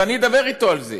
ואני אדבר אתו על זה.